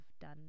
done